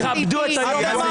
תכבדו את היום הזה.